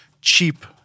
Cheap